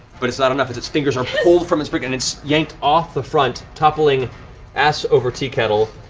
but it's not enough as its fingers are pulled from its grip and it's yanked off the front, toppling ass over teakettle,